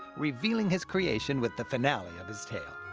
revealing his creation with the finale of his tale.